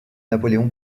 napoléon